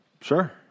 Sure